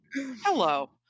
hello